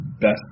best